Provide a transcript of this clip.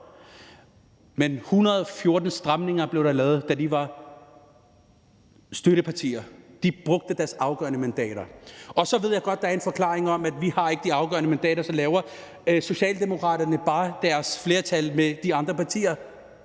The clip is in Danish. Men 114 stramninger blev der lavet, da I var støttepartier. Man brugte jeres afgørende mandater. Så ved jeg godt, at der er en forklaring om, at I ikke har de afgørende mandater, og at Socialdemokraterne så bare laver deres flertal med de andre partier.